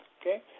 okay